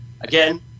Again